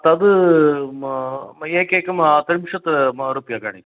तद् म एकैकं त्रिंशत् म् रूप्यकाणि